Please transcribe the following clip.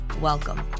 welcome